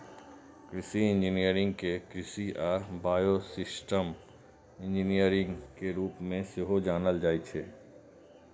कृषि इंजीनियरिंग कें कृषि आ बायोसिस्टम इंजीनियरिंग के रूप मे सेहो जानल जाइ छै